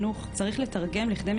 אני